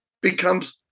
becomes